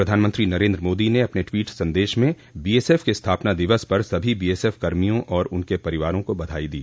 प्रधानमंत्री नरेन्द्र मोदी ने ट्वीट सन्देश में बीएसएफ के स्थापना दिवस पर सभी बीएसएफ कर्मियों और उनके परिवारों को बधाई दी